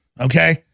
Okay